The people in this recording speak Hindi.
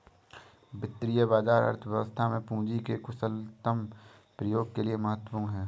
वित्तीय बाजार अर्थव्यवस्था में पूंजी के कुशलतम प्रयोग के लिए महत्वपूर्ण है